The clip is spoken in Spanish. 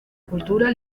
cultura